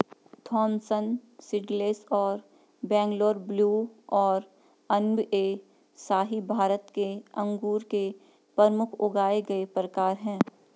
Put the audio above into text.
Thompson seedless और Bangalore blue और अनब ए शाही भारत में अंगूर के प्रमुख उगाए गए प्रकार हैं